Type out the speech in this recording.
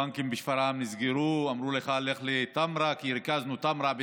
בנקים בשפרעם נסגרו ואמרו להם ללכת לטמרה כי ריכזנו את טמרה,